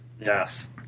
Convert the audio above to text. Yes